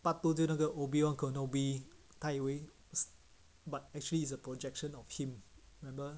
part two 就是那个 obi-wan kenobi 他以为 but actually it's a projection of him remember